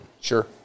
Sure